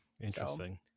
Interesting